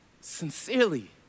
Sincerely